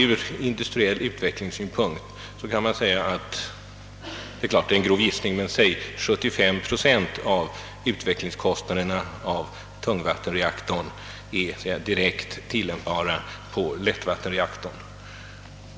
Ur industriell utvecklingssynpunkt kan man säga — naturligtvis är det en grov gissning — att 75 procent av utvecklingskostnaderna för tungvattenreaktorn är direkt tillämpbara på lättvattenreaktorn.